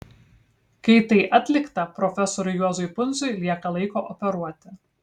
kai tai atlikta profesoriui juozui pundziui lieka laiko operuoti